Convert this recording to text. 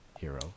hero